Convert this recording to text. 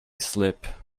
slip